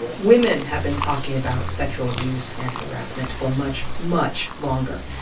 women have been talking about sexual abuse and harassment for much, much longer.